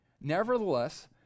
Nevertheless